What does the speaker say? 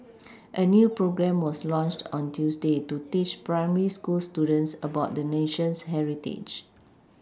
a new programme was launched on Tuesday to teach primary school students about the nation's heritage